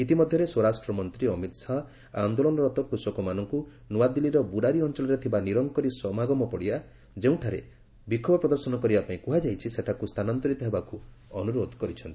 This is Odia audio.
ଇତିମଧ୍ୟରେ ସ୍ୱରାଷ୍ଟ୍ର ମନ୍ତ୍ରୀ ଅମିତ୍ ଶାହା ଆନ୍ଦୋଳନରତ କୃଷକମାନଙ୍କୁ ନୂଆଦିଲ୍ଲୀର ବୁରାରି ଅଞ୍ଚଳରେ ଥିବା ନିରଙ୍କରୀ ସମାଗମ ପଡ଼ିଆ ଯେଉଁଠାରେ ବିକ୍ଷୋଭ ପ୍ରଦର୍ଶନ କରିବାପାଇଁ କୁହାଯାଇଛି ସେଠାକୁ ସ୍ଥାନାନ୍ତରିତ ହେବାକୁ ଅନୁରୋଧ କରିଛନ୍ତି